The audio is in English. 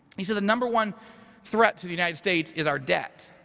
he said, the number one threat to the united states is our debt.